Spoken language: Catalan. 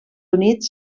units